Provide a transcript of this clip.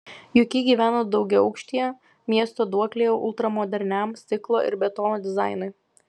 juk ji gyveno daugiaaukštyje miesto duoklėje ultramoderniam stiklo ir betono dizainui